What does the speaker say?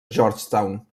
georgetown